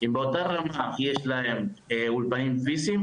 אם באותה רמה יש להם אולפנים פיזיים,